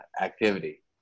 activity